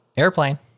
Airplane